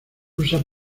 usa